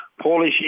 Polish